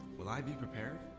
will i be prepared?